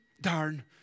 Darn